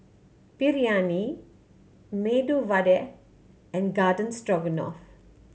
Biryani Medu Vada and Garden Stroganoff